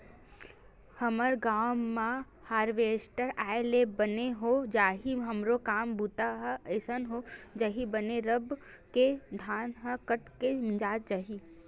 हमर गांव म हारवेस्टर आय ले बने हो जाही हमरो काम बूता ह असान हो जही बने रब ले धान ह कट के मिंजा जाही